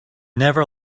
never